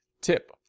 Tip